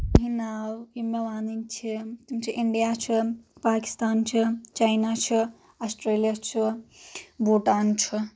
تہنٛدۍ ناو یِم مےٚ ونٕنۍ چھِ تِم چھِ انڈیا چھُ پاکِستان چھُ چاینا چھُ اسٹریلیا چھُ بوٹان چھُ